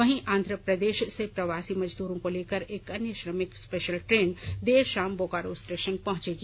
वहीं आंध्र प्रदेश से प्रवासी मजदूरों को लेकर एक अन्य श्रमिक स्पेशल ट्रेन देर शाम बोकारो स्टेशन पहुंचेगी